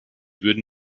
würden